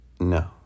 No